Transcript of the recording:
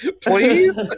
Please